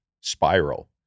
spiral